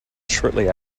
shortly